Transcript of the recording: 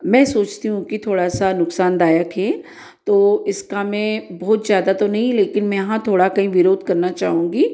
मैं सोचती हूँ कि थोड़ा सा नुक्सानदायक है तो इसका मैं बहुत ज़्यादा तो नहीं लेकिन मैं हाँ थोड़ा कहीं विरोध करना चाहूँगी